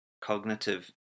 cognitive